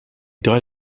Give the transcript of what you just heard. died